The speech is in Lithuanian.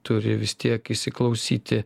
turi vis tiek įsiklausyti